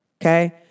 okay